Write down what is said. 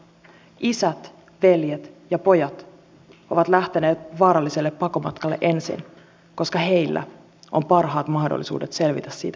isät veljet ja pojat ovat lähteneet vaaralliselle pakomatkalle ensin koska heillä on parhaat mahdollisuudet selvitä siitä hengissä